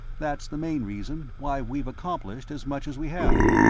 that's the main reason why we've accomplished as much as we have.